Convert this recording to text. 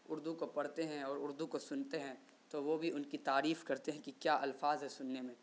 اردو کو پڑھتے ہیں اور اردو کو سنتے ہیں تو وہ بھی ان کی تعریف کرتے ہیں کہ کیا الفاظ ہیں سننے میں